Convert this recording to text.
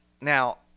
now